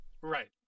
Right